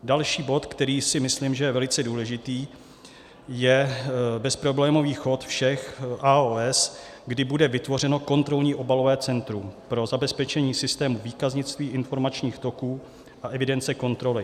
Další bod, který si myslím, že je velice důležitý, je bezproblémový chod všech AOS, kdy bude vytvořeno kontrolní obalové centrum pro zabezpečení systému výkaznictví, informačních toků a evidence kontroly.